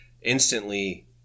instantly